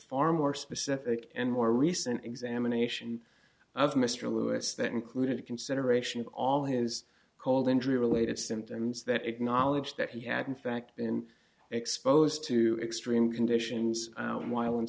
far more specific and more recent examination of mr lewis that included consideration of all his cold injury related symptoms that acknowledged that he had in fact been exposed to extreme conditions while in